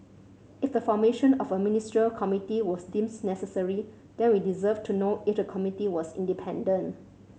if the formation of a Ministerial Committee was deemed necessary then we deserve to know if the committee was independent